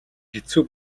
хэцүү